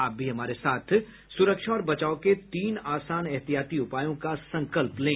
आप भी हमारे साथ सुरक्षा और बचाव के तीन आसान एहतियाती उपायों का संकल्प लें